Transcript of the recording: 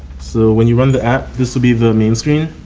so when you run the app this will be the main screen.